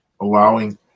allowing